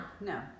No